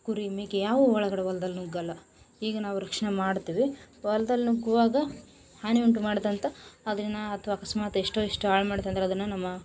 ಕುರಿ ಮೇಕೆ ಯಾವುವು ಒಳಗಡೆ ಹೊಲ್ದಲ್ಲಿ ನುಗ್ಗೋಲ್ಲ ಈಗ ನಾವು ರಕ್ಷ್ಣೆ ಮಾಡ್ತೀವಿ ಹೊಲ್ದಲ್ಲಿ ನುಗ್ಗುವಾಗ ಹಾನಿ ಉಂಟು ಮಾಡ್ದಂಥ ಅದನ್ನು ಅಥ್ವಾ ಅಕಸ್ಮಾತ್ ಎಷ್ಟೋ ಎಷ್ಟೋ ಹಾಳು ಮಾಡ್ತಂದ್ರೆ ಅದನ್ನು ನಮ್ಮ